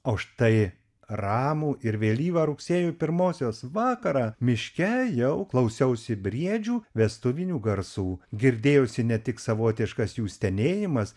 o štai ramų ir vėlyvą rugsėjo pirmosios vakarą miške jau klausiausi briedžių vestuvinių garsų girdėjosi ne tik savotiškas jų stenėjimas